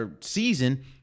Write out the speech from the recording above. season